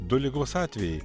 du ligos atvejai